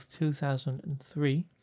2003